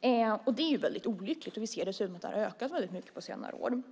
Det är olyckligt, och vi ser dessutom att detta har ökat mycket under senare år.